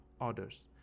others